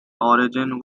origins